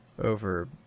over